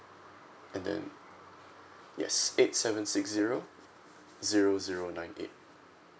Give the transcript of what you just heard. and then yes eight seven six zero zero zero nine eight